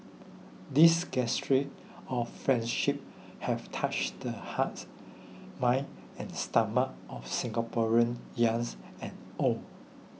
these gestures of friendship have touched the hearts minds and stomachs of Singaporeans youngs and old